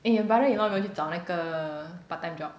eh your brother in law 没有去找那个 part time job